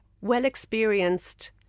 well-experienced